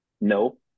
no